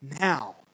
now